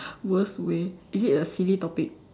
worst way is it a silly topic